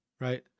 Right